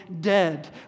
dead